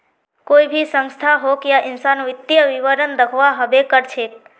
कोई भी संस्था होक या इंसान वित्तीय विवरण दखव्वा हबे कर छेक